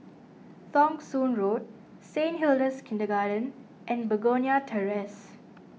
Thong Soon Road Saint Hilda's Kindergarten and Begonia Terrace